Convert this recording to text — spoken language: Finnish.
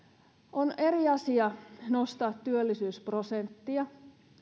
on eri asia nostaa työllisyysprosenttia